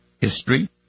history